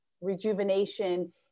rejuvenation